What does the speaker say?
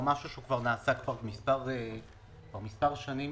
זה משהו שנעשה מספר שנים,